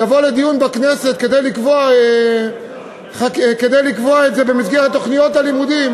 יבוא לדיון בכנסת כדי לקבוע את זה במסגרת תוכניות הלימודים,